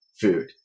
food